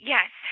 Yes